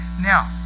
Now